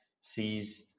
sees